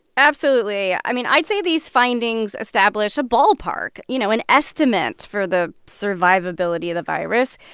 absolutely. i mean, i'd say these findings establish a ballpark, you know, an estimate for the survivability of the virus.